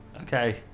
Okay